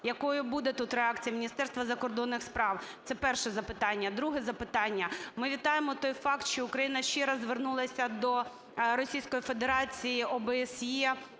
Якою буде тут реакція Міністерства закордонних справ? Це перше запитання. Друге запитання. Ми вітаємо той факт, що Україна ще раз звернулася до Російської Федерації, ОБСЄ